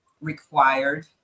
required